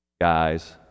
guys